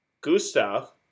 Gustav